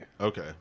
Okay